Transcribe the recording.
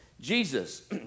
Jesus